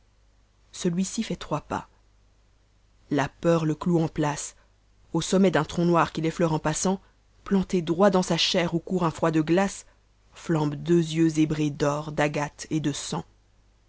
celui-ci fait trois pas la peur le cloue en place au sommet d'un tronc noir q h enteure en passant plantés droit dans sa chair oh court un froid de gtacc flambent deux yeux zébrés d'or d'agate et de sang